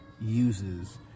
uses